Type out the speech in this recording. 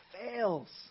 fails